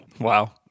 Wow